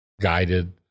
guided